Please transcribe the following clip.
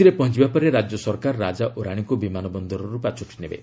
କୋଚିରେ ପହଞ୍ଚବା ପରେ ରାଜ୍ୟ ସରକାର ରାଜା ଓ ରାଣୀଙ୍କୁ ବିମାନବନ୍ଦରରୁ ପାଛୋଟିନେବେ